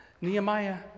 Nehemiah